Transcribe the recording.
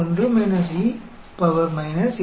x आपके 80 साल है lambda है माफ़ करना